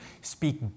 speak